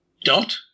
dot